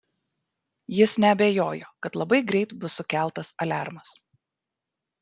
jis neabejojo kad labai greit bus sukeltas aliarmas